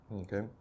okay